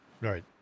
Right